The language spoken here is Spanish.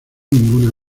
ninguna